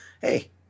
hey